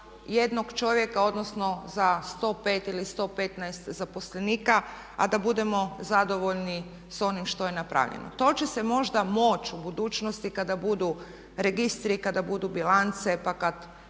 jednog čovjeka odnosno za 105 ili 115 zaposlenika a da budemo zadovoljni s onim što je napravljeno. To će se možda moći u budućnosti kada budu registri, i kada budu bilance pa kad